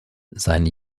seine